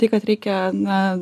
tai kad reikia na